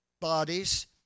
bodies